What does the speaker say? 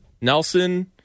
Nelson